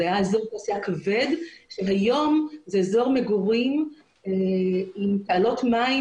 זה היה אזור תעשייה כבד והיום זה אזור מגורים עם תעלות מים